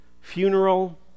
funeral